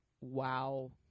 wow